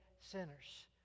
sinners